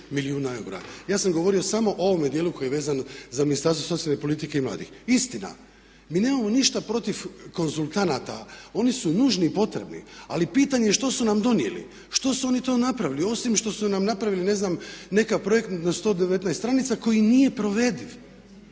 milijuna eura. Ja sam govorio samo o ovome dijelu koji je vezan za Ministarstvo socijalne politike i mladih. Istina mi nemamo ništa protiv konzultanata, oni su nužni i potrebni, ali pitanje što su nam donijeli, što su oni to napravili osim što su nam napravili ne znam neke projekte na 119 stranica koji nije provediv.